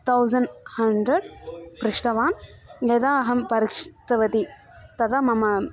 thousand hundred पृष्टवान् यदा अहं परिक्षिवती तदा मम